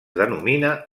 denomina